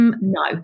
no